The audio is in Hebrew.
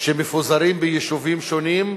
שמפוזרים ביישובים שונים,